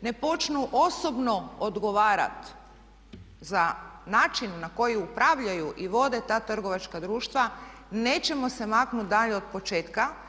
ne počnu osobno odgovarati za način na koji upravljaju i vode ta trgovačka društva nećemo se maknuti dalje od početka.